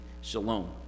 shalom